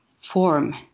form